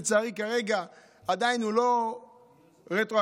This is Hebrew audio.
לצערי כרגע עדיין הוא לא רטרואקטיבית,